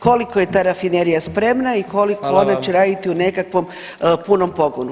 Koliko je ta rafinerija spremna i koliko [[Upadica predsjednik: Hvala vam.]] će ona raditi u nekakvom punom pogonu.